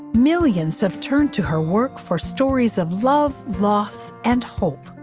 millions have turned to her work for stories of love, loss and hope.